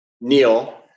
Neil